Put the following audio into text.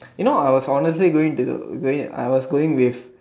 you know I was honestly going to going I was going with